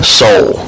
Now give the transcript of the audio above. soul